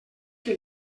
que